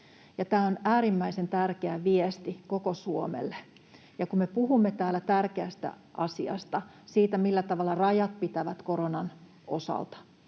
Tämä on äärimmäisen tärkeä viesti koko Suomelle. Kun me puhumme täällä tärkeästä asiasta, siitä, millä tavalla rajat pitävät koronan osalta,